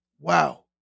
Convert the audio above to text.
Wow